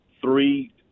three